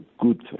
good